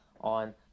on